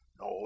no